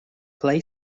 play